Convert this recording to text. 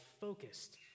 focused